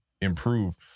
improve